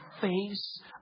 face